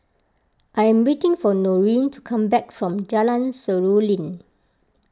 I am waiting for Noreen to come back from Jalan Seruling